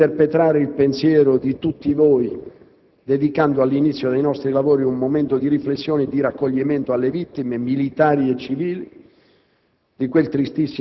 credo di interpretare il pensiero di tutti voi dedicando all'inizio dei nostri lavori un momento di riflessione e di raccoglimento alle vittime militari e civili